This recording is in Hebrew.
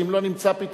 כי אם לא נמצא פתרון,